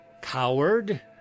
coward